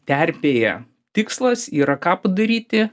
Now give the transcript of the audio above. terpėje tikslas yra ką padaryti